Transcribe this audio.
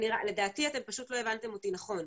לדעתי אתם פשוט לא הבנתם אותי נכון.